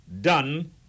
done